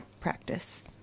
practice